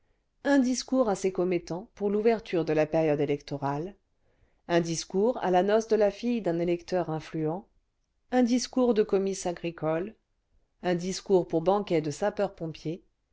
un discours à ses commettants pour l'ouverture de la période électorale un discours à la noce de la fille d'un électeur influent un discours de comice agricole un discours pour banquet de sapeurs-pompiers